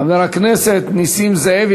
חבר הכנסת נסים זאב,